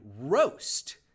roast